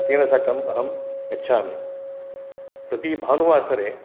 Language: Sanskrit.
तेन साकम् अहं गच्छामि प्रतिभानुवासरे